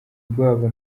rwabo